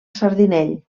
sardinell